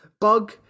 bug